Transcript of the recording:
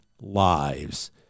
lives